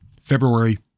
February